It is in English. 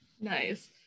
Nice